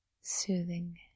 soothing